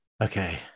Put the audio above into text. okay